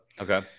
Okay